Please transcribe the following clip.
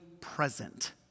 present